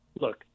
look